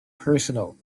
personal